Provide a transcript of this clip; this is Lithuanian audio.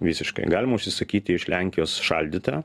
visiškai galima užsisakyti iš lenkijos šaldytą